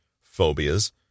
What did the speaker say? phobias